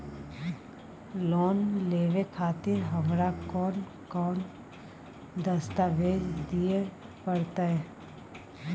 Loan लेवे खातिर हमरा कोन कौन दस्तावेज दिय परतै?